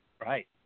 Right